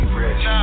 rich